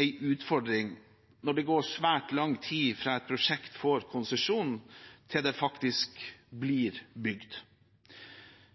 en utfordring når det går svært lang tid fra et prosjekt får konsesjon til det faktisk